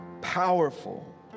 powerful